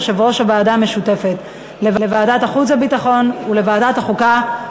יושב-ראש הוועדה המשותפת לוועדת החוץ והביטחון ולוועדת החוקה,